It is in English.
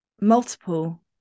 multiple